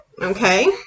Okay